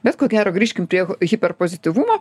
bet ko gero grįžkim prie hu hiperpozityvumo